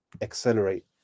accelerate